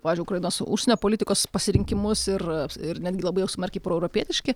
pavyzdžiui ukrainos užsienio politikos pasirinkimus ir ir netgi labai smarkiai proeuropietiški